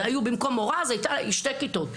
היו במקום מורה, אז היו שתי כיתות.